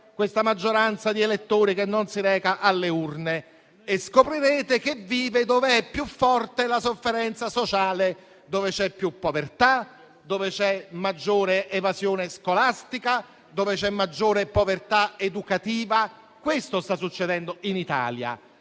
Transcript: vive la maggioranza di elettori che non si reca alle urne e scoprirete che si trova dove è più forte la sofferenza sociale e dove ci sono più povertà, maggiore evasione scolastica e più povertà educativa. Questo sta succedendo in Italia: